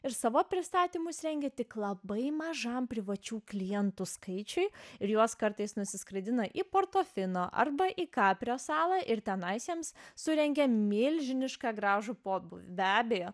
ir savo pristatymus rengia tik labai mažam privačių klientų skaičiui ir juos kartais nusiskraidina į portofino arba į kaprio salą ir tenais jiems surengia milžinišką gražų pobūvį be abejo